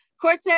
Cortez